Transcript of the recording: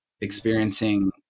experiencing